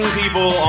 people